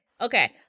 Okay